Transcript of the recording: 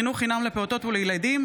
חינוך חינם לפעוטות ולילדים),